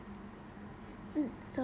mm so